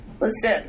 Listen